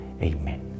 Amen